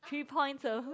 three points